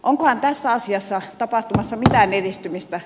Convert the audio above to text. onkohan tässä asiassa tapahtumassa mitään edistymistä